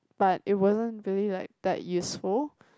but it wasn't really like that useful